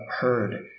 heard